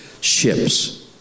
ships